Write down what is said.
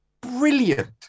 brilliant